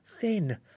thin